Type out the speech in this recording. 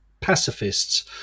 pacifists